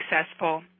successful